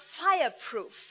fireproof